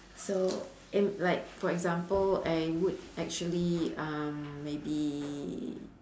so am like for example I would actually um maybe